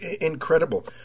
incredible